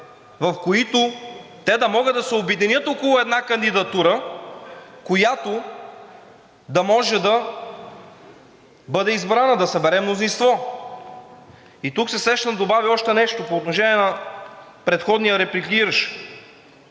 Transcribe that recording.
в които те да могат да се обединят около една кандидатура, която да може да бъде избрана, да събере мнозинство. И тук се сещам да добавя още нещо по отношение на предходния репликиращ.